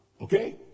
okay